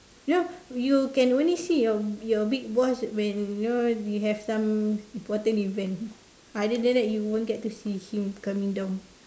you know you can only see your your big boss when you know you have some important event other than that you won't get to see him coming down